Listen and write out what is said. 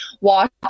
watch